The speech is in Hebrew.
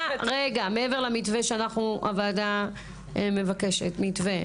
--- הועדה מבקשת מתווה